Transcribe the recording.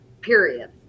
period